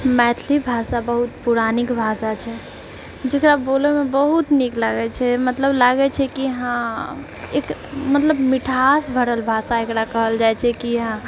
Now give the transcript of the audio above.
मैथिली भाषा बहुत पौराणिक भाषा छै जेकरा बोलैमे बहुत निक लागै छै मतलब लागै छै कि हँ एक मतलब मिठास भरल भाषा एकरा कहल जाइ छै कि